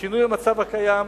לשינוי המצב הקיים